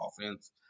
offense